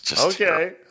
okay